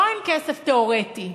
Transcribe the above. לא "אין כסף" תיאורטי,